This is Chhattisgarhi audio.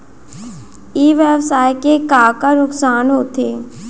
ई व्यवसाय के का का नुक़सान होथे?